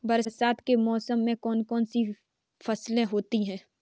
बरसात के मौसम में कौन कौन सी फसलें होती हैं?